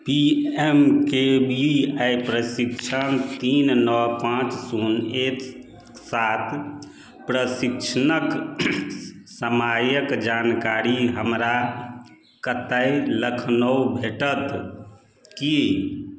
P M K V I प्रशिक्षण तीन नओ पाँच शून्य एक सात प्रशिक्षणके समयके जानकारी हमरा कतए लखनउ भेटत कि